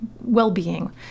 well-being